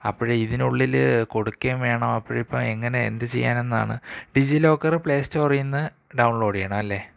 അപ്പോഴേ ഇതിനുള്ളില് കൊടുക്കുകയും വേണം അപ്പോള് ഇപ്പോള് എങ്ങനെ എന്ത് ചെയ്യണമെന്നാണ് ഡിജി ലോക്കര് പ്ലേ സ്റ്റോറീന്ന് ഡൗൺലോഡെയ്യണം അല്ലെ